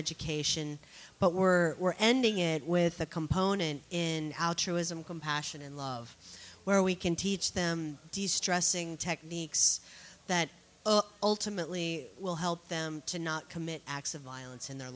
education but we're ending it with a component in altruism compassion and love where we can teach them distressing techniques that ultimately will help them to not commit acts of violence in